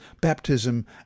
baptism